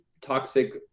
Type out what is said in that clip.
toxic